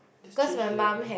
just change the oven